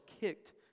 kicked